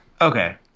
Okay